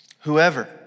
whoever